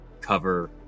cover